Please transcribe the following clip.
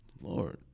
Lord